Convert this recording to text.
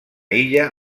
illa